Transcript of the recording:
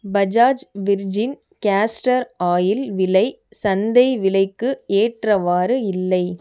Bajaj virgin castor oil விலை சந்தை விலைக்கு ஏற்றவாறு இல்லை